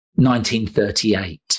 1938